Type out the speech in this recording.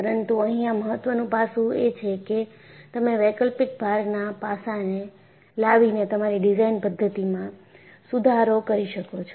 પરંતુ અહીંયા મહત્ત્વનું પાસું એ છે કે તમે વૈકલ્પિક ભારના પાસાને લાવીને તમારી ડિઝાઇન પદ્ધતિમાં સુધારો કરી શકો છો